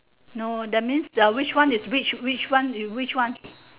no that means which one is which which one is which one